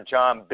John